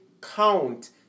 count